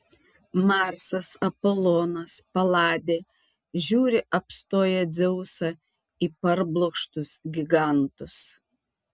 marsas apolonas paladė žiūri apstoję dzeusą į parblokštus gigantus